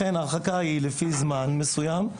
לכן ההרחקה היא לפי זמן מסוים,